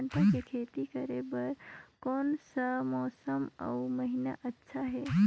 भांटा के खेती करे बार कोन सा मौसम अउ महीना अच्छा हे?